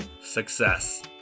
success